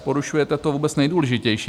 Porušujete to vůbec nejdůležitější.